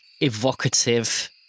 evocative